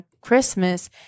Christmas